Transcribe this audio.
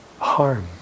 harm